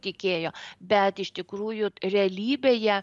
tikėjo bet iš tikrųjų realybėje